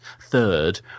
third